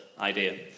idea